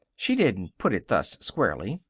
she didn't put it thus squarely.